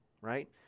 Right